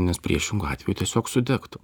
nes priešingu atveju tiesiog sudegtų